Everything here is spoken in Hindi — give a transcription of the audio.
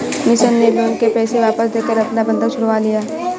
किशन ने लोन के पैसे वापस देकर अपना बंधक छुड़वा लिया